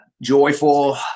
joyful